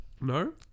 No